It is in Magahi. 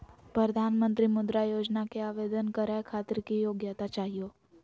प्रधानमंत्री मुद्रा योजना के आवेदन करै खातिर की योग्यता चाहियो?